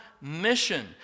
mission